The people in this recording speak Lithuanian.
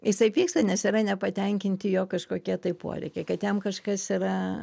jisai pyksta nes yra nepatenkinti jog kažkokie tai poreikiai kad jam kažkas yra